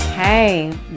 Hey